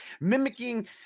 mimicking